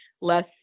less